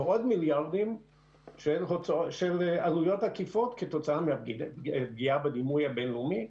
ועוד מיליארדים של עלויות עקיפות כתוצאה מהפגיעה בדימוי הבין-לאומי,